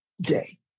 day